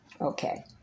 Okay